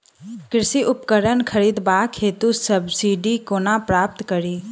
कृषि उपकरण खरीदबाक हेतु सब्सिडी कोना प्राप्त कड़ी?